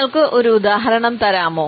നിങ്ങൾക്ക് ഒരു ഉദാഹരണം തരാമോ